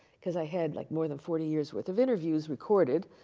because i had like more than forty years' worth of interviews recorded.